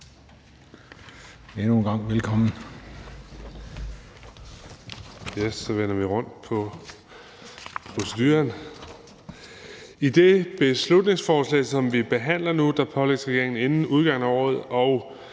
I det beslutningsforslag, som vi behandler nu, pålægges regeringen inden udgangen af året at